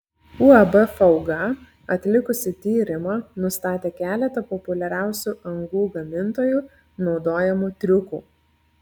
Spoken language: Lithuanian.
uab fauga atlikusi tyrimą nustatė keletą populiariausių angų gamintojų naudojamų triukų